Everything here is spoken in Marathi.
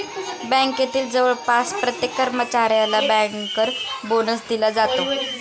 बँकेतील जवळपास प्रत्येक कर्मचाऱ्याला बँकर बोनस दिला जातो